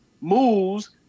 moves